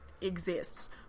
exists